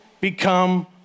become